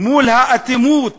מול האטימות